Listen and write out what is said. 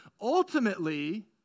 ultimately